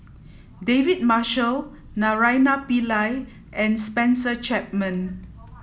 David Marshall Naraina Pillai and Spencer Chapman